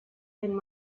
and